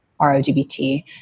ROGBT